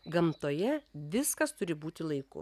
gamtoje viskas turi būti laiku